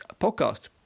podcast